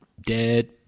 dead